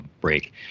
break